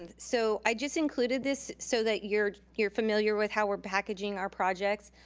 and so i just included this so that you're you're familiar with how we're packaging our projects.